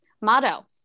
motto